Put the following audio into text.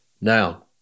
Now